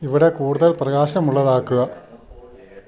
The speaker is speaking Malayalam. ഇവിടെ കൂടുതൽ പ്രകാശമുള്ളതാക്കുക